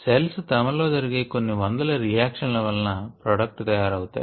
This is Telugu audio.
సెల్స్ తమలో జరిగే కొన్ని వందల రియాక్షన్ ల వలన ప్రొడక్ట్స్ తయారవుతాయి